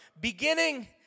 beginning